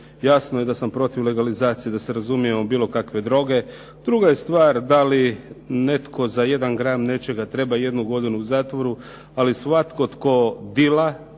Jasno je da sam protiv legalizacije da se razumijemo bilo kakve droge. Druga je stvar da li netko za jedan gram nečega treba jednu godinu u zatvoru, ali svatko tko dila